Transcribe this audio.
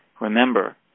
Remember